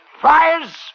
Friars